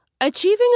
Achieving